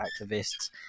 activists